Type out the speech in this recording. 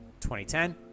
2010